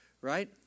right